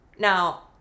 Now